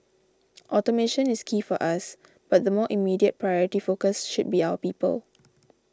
automation is key for us but the more immediate priority focus should be our people